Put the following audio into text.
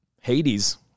Hades